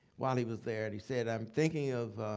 while he was there. and he said, i'm thinking of